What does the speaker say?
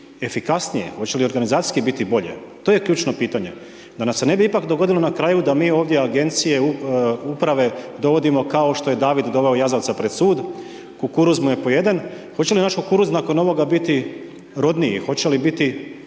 efikasnije, hoće li organizacijski biti bolje, to je ključno pitanje? Da nam se ipak ne bi dogodilo na kraju da mi ovdje Agencije uprave dovodimo kao što je David doveo jazavca pred sud, kukuruz mu je pojeden, hoće li naš kukuruz nakon ovoga biti rodniji, hoće li biti